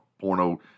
porno